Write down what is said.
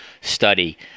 study